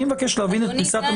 אני מבקש להבין את הפריסה.